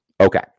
Okay